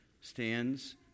stands